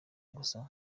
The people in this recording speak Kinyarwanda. gusa